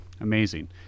Amazing